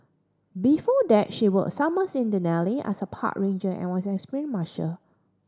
before that she worked summers in Denali as a park ranger and was an experienced musher